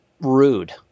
rude